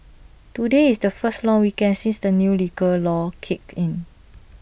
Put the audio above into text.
today is the first long weekend since the new liquor laws kicked in